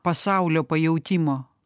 pasaulio pajautimo